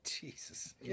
Jesus